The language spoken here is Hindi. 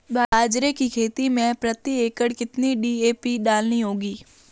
बाजरे की खेती में प्रति एकड़ कितनी डी.ए.पी डालनी होगी?